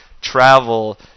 travel